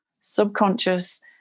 subconscious